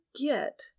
get